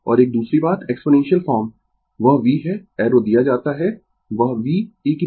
और एक दूसरी बात एक्सपोनेंशियल फॉर्म वह V है एरो दिया जाता है वह V e jθ